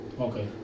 Okay